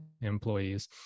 employees